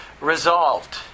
resolved